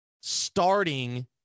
starting